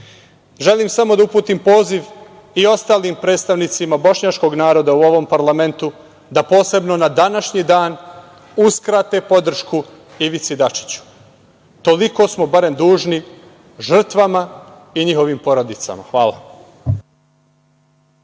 Želim samo da uputim poziv i ostalim predstavnicima Bošnjačkog naroda u ovom parlamentu da posebno na današnji dan uskrate podršku Ivici Dačiću. Toliko smo barem dužni žrtvama i njihovim porodicama. Hvala.